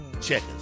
Checkers